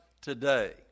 today